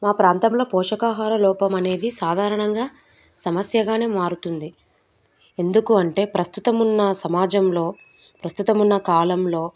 మా ప్రాంతంలో పోషకాహార లోపము అనేది సాధారణంగా సమస్యగానే మారుతుంది ఎందుకు అంటే ప్రస్తుతమున్న సమాజంలో ప్రస్తుతం ఉన్న కాలంలో